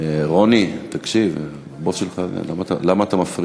אדוני היושב-ראש, תודה